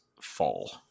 fall